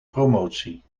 promotie